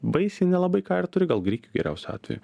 baisiai nelabai ką ir turi gal grikių geriausiu atveju